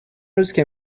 روزکه